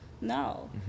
No